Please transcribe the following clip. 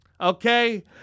okay